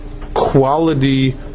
quality